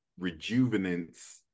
rejuvenance